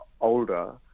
older